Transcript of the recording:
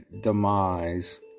demise